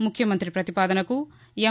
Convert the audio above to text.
ముఖ్యమంత్రి ప్రపతిపాదనకు ఎమ్